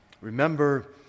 Remember